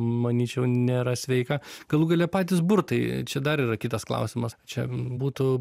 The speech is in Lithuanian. manyčiau nėra sveika galų gale patys burtai čia dar yra kitas klausimas čia būtų